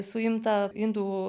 suimtą indų